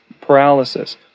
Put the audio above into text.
paralysis